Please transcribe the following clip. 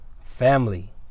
family